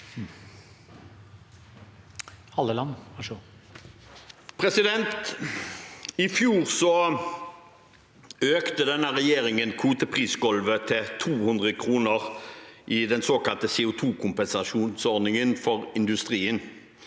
I fjor økte denne regjeringen kvoteprisgulvet til 200 kr i den såkalte CO2kompensasjonsordningen for industrien.